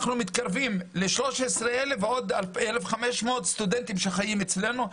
אנחנו מתקרבים לשלוש עשרה אלף ועוד אלף חמש מאות סטודנטים שחיים אצלנו,